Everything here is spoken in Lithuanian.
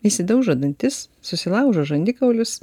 išsidaužo dantis susilaužo žandikaulius